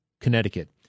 Connecticut